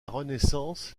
renaissance